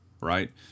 right